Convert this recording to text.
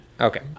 Okay